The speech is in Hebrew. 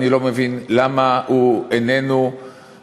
אני לא מבין למה אין המס הזה.